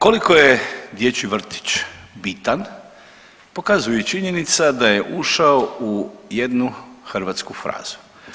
Koliko je dječji vrtić bitan pokazuje i činjenica da je ušao u jednu hrvatsku frazu.